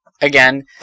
again